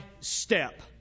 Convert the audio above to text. step